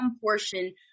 portion